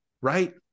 right